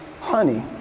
honey